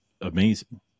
amazing